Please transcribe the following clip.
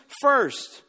first